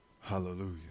Hallelujah